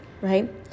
right